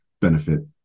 benefit